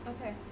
Okay